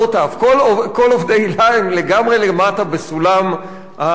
כל עובדי היל"ה הם לגמרי למטה בסולם ההעסקה.